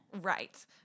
Right